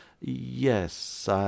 Yes